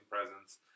presence